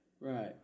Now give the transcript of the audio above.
Right